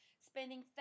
spending